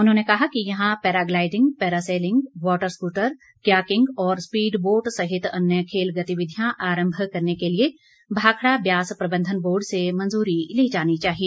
उन्होंने कहा कि यहां paragliding parasailing water scooter kayaking और स्पीड बोट सहित अन्य खेल गतिविधियां आरम्भ करने के लिए भाखड़ा ब्यास प्रबंधन बोर्ड से मंजूरी ली जानी चाहिए